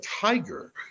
tiger